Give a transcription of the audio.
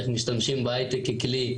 איך משתמשים בהייטק ככלי.